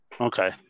Okay